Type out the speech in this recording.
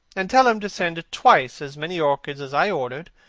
and tell him to send twice as many orchids as i ordered,